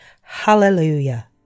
Hallelujah